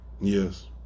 yes